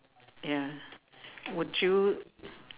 ya would you